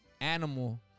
animal